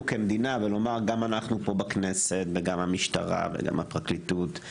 כמדינה ולומר גם אנחנו פה בכנסת וגם המשטרה וגם הפרקליטות,